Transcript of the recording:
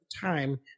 time